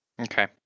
Okay